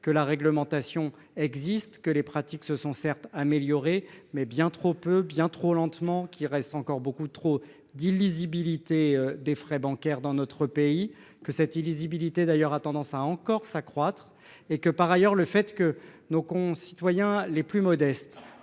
que la réglementation existe que les pratiques se sont certes améliorés mais bien trop peu, bien trop lentement qu'il reste encore beaucoup trop d'illisibilité des frais bancaires dans notre pays que cette illisibilité d'ailleurs a tendance à encore s'accroître et que par ailleurs le fait que nos concitoyens les plus modestes